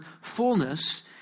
fullness